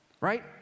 right